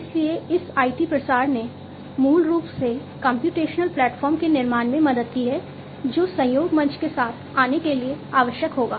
इसलिए इस आईटी प्रसार ने मूल रूप से कम्प्यूटेशनल प्लेटफॉर्म के निर्माण में मदद की है जो सहयोग मंच के साथ आने के लिए आवश्यक होगा